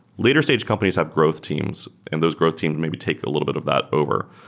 later stage companies have growth teams, and those growth teams maybe take a little bit of that over.